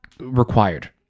Required